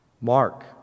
Mark